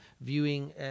viewing